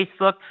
Facebook